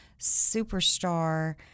superstar